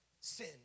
sin